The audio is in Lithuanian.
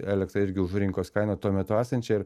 elektrą irgi už rinkos kainą tuo metu esančią ir